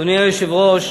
אדוני היושב-ראש,